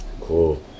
Cool